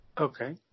Okay